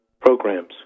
programs